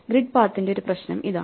grid പാത്തിന്റെ ഒരു പ്രശ്നം ഇതാ